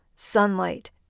sunlight